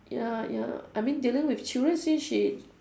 ya ya I mean dealing with children since she